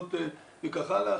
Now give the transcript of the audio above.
חתונות וכך הלאה,